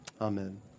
Amen